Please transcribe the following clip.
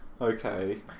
Okay